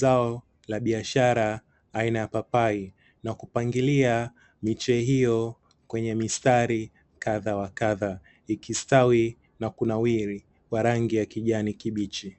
zao la biashara aina ya papai na kupangilia miche hiyo kwenye mistari kadha wa kadha ikistawi na kunawiri kwa rangi ya kijani kibichi.